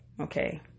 okay